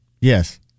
Yes